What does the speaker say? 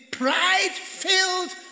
pride-filled